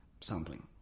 sampling